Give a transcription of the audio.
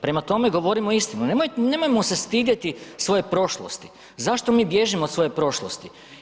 Prema tome, govorimo istinu, nemojmo se stidjeti svoje prošlosti, zašto mi bježimo od svoje prošlosti?